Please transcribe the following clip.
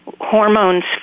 hormones